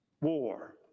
War